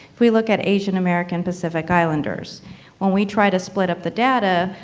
if we look at asian-american pacific islanders when we try to split up the data,